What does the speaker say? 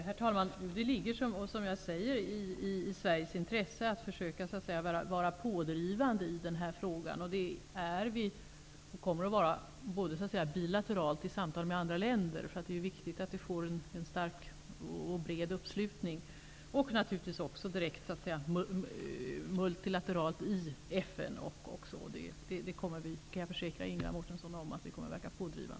Herr talman! Jag kan försäkra Ingela Mårtensson om att det ligger i Sveriges intresse att vara pådrivande i den här frågan, vilket vi också är och kommer att vara såväl bilateralt vid samtal med andra länder -- eftersom det är viktigt med en bred och stark uppslutning -- som naturligtvis även multilateralt i FN.